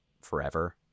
forever